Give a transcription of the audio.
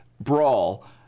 brawl